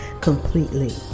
completely